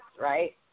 right